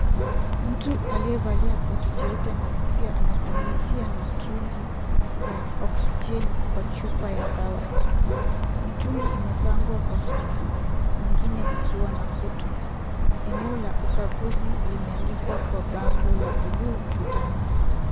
Mtu aliyevalia koti jeupe na kofia anapulizia mitungi ya oksijeni kwa chupa ya dawa, mitungi imepangwa kwa safu, mengine ikiwa na kutu .Eneo la ukaguzi limeandikwa kwa bango la buluu ukutani.